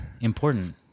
important